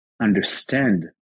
understand